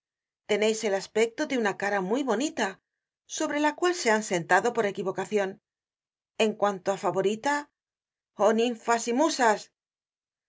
teneis el aspecto de una cara muy bonita sobre la cual se han sentado por equivocacion en cuanto á favorita oh ninfas y musas